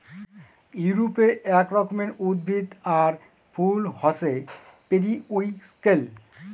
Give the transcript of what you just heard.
ইউরোপে এক রকমের উদ্ভিদ আর ফুল হছে পেরিউইঙ্কেল